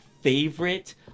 favorite